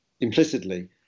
implicitly